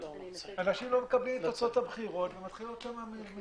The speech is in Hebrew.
אנשים לא מקבלים את תוצאות הבחירות ומתחילה שם מהומה.